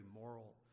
moral